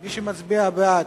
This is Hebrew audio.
מי שמצביע בעד,